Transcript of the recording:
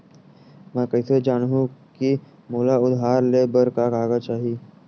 मैं कइसे जानहुँ कि मोला उधारी ले बर का का कागज चाही?